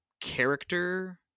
character